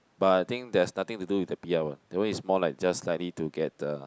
but I think there's nothing to do with the P_R one that one is more like just likely to get the